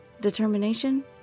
Determination